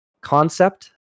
concept